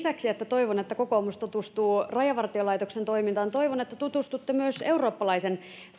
toivon että kokoomus tutustuu rajavartiolaitoksen toimintaan toivon että tutustutte myös eurooppalaisen